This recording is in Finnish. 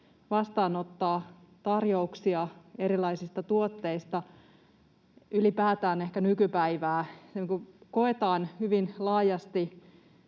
vastaanottaa tarjouksia erilaisista tuotteista ehkä ylipäätään nykypäivää. Se koetaan hyvin laajasti